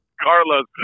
Carlos